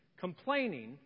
Complaining